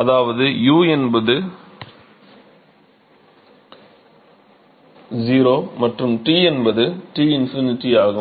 அதாவது u என்பது 0 மற்றும் T என்பது T∞ ஆகும்